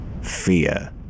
Fear